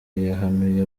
yahanuye